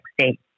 state